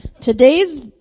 today's